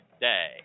Day